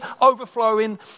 overflowing